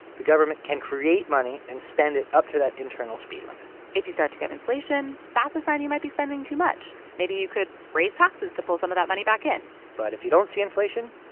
the government can create money and spend it up to that internal speed limit if you start to get inflation, that's a sign you might be spending too much. maybe you could raise taxes to pull some of that money back in but if you don't see inflation,